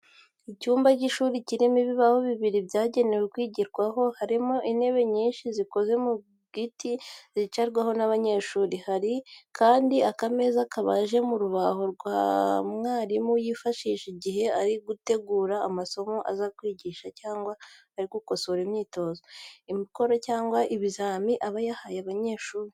Icyumba cy'ishuri kirimo ibibaho bibiri byagenewe kwigirwaho harimo n'intebe nyinshi zikoze mu giti zicarwaho n'abanyeshuri. Hari kandi akameza kabaje mu rubaho mwarimu yifashisha igihe ari gutegura amasomo aza kwigisha cyangwa ari gukosora imyitozo, imikoro cyangwa ibizami aba yahaye abanyeshuri.